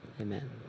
amen